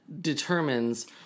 determines